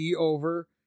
over